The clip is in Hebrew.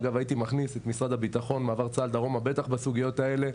אגב הייתי מכניס את מעבר צה"ל דרומה בטח בסוגיות האלו,